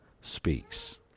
speaks